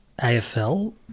AFL